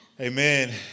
Amen